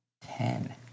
Ten